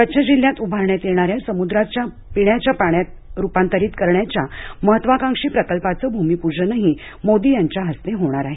कच्छ जिल्ह्यात उभारण्यात येणाऱ्या समुद्राचं पाणी पिण्याच्या पाण्यात रुपांतरीत करण्याच्या महत्त्वाकांक्षी प्रकल्पाचं भूमिपूजनही मोदी यांच्या हस्ते होणार आहे